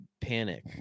panic